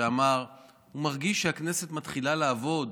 שאמר שהוא מרגיש שהכנסת מתחילה לעבוד,